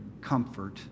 comfort